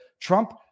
Trump